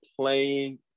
playing